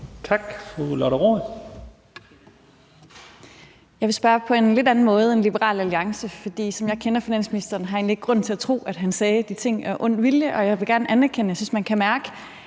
Tak. Fru Lotte Rod.